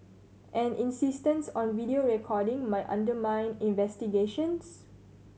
an insistence on video recording might undermine investigations